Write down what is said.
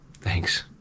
thanks